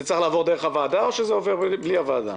זה צריך לעבור דרך הוועדה או שזה עובר בלי ועדה?